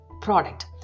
product